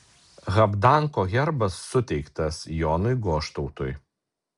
habdanko herbas suteiktas jonui goštautui